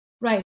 Right